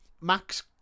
Max